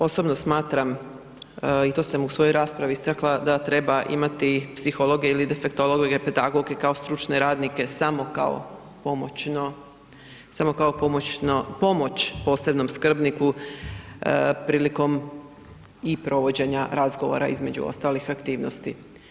Osobno smatram i to sam u svojoj raspravi istakla, da treba imati psihologe ili defektologe ili pedagoge kao stručne radnike samo kao pomoćno, pomoć posebnom skrbniku prilikom i provođenja razgovora, između ostalih aktivnosti.